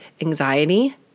anxiety